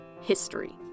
history